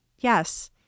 Yes